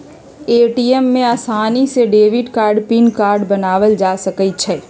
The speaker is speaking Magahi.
ए.टी.एम में आसानी से डेबिट कार्ड के पिन बनायल जा सकई छई